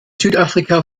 südafrika